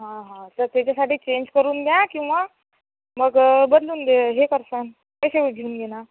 हां हां तर त्याच्यासाठी चेंज करून द्या किंवा मग बदलून दे हे करसान पैसे घेऊन घे ना